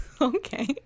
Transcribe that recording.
okay